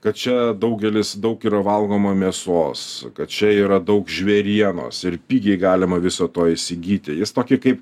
kad čia daugelis daug yra valgoma mėsos kad čia yra daug žvėrienos ir pigiai galima viso to įsigyti jis tokį kaip